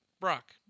Brock